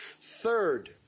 Third